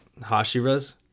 Hashiras